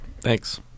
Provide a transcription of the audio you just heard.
Thanks